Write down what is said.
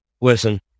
listen